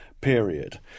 period